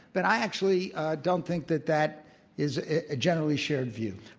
but i actually don't think that that is a generally shared view.